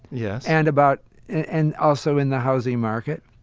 yes. and about and also in the housing market.